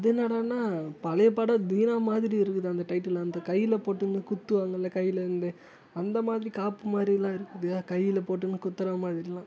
அது என்னடான்னா பழைய படம் தீனா மாதிரி இருக்குது அந்த டைட்டில் எல்லாம் அந்த கையில் போட்டு இருந்து குத்துவாங்கல்ல கையில் வந்து அந்த மாதிரி காப்பு மாதிரிலாம் இருக்குது கையில் போட்டுக்கின்னு குத்துற மாதிரி எல்லாம்